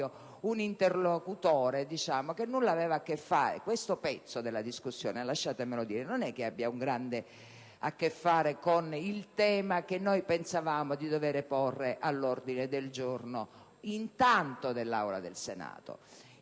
un interlocutore che nulla aveva a che fare. Questo pezzo della discussione - lasciatemelo dire - non ha molto a che fare con il tema che pensavamo di dover porre all'ordine del giorno, intanto dell'Aula del Senato.